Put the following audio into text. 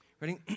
Ready